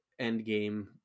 Endgame